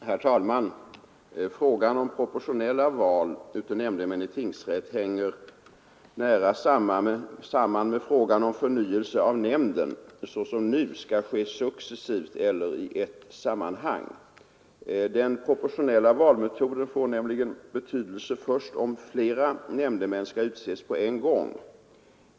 Herr talman! Frågan om proportionella val av nämndemän i tingsrätt hänger nära samman med frågan huruvida förnyelse av nämnden såsom nu skall ske successivt eller i ett sammanhang. Den proportionella valmetoden får nämligen betydelse först om flera nämndemän skall utses på en gång.